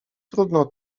trudno